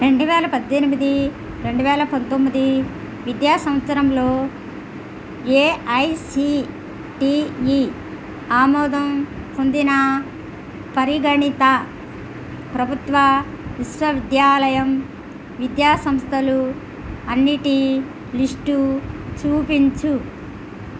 రెండు వేల పద్దెనిమిది రెండు వేల పంతొమ్మిది విద్యా సంవత్సరంలో ఏఐసిటిఈ ఆమోదం పొందిన పరిగణిత ప్రభుత్వ విశ్వవిద్యాలయం విద్యాసంస్థలు అన్నిటి లిస్టు చూపించు